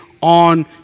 on